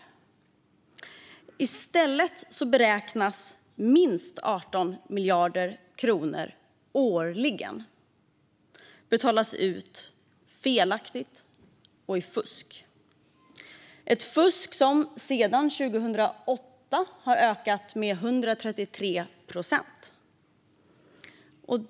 Men i stället beräknas minst 18 miljarder kronor årligen betalas ut felaktigt och på grund av fusk. Fusket har sedan 2008 ökat med 133 procent.